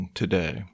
today